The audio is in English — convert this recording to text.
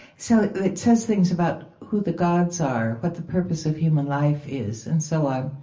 so it says things about who the gods are, what the purpose of human life is, and so on.